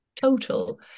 total